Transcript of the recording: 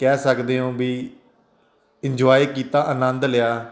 ਕਹਿ ਸਕਦੇ ਹੋ ਵੀ ਇੰਜੋਏ ਕੀਤਾ ਆਨੰਦ ਲਿਆ